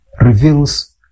reveals